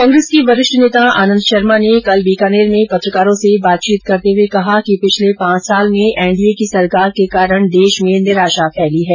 कांग्रेस के वरिष्ठ नेता आनंद शर्मा ने बीकानेर में पत्रकारों से बातचीत करते हुए कहा कि पिछले पांच साल में एनडीए की सरकार के कारण देश में निराशा फैली है